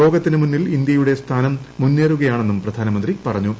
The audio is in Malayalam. ലോകത്തിന് മുന്നിൽ ഇന്ത്യയുടെ സ്ഥാനം മുന്നേറുകയാണെന്നും പ്രധാനമന്ത്രി പറഞ്ഞു